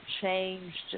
changed